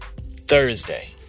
Thursday